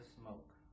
smoke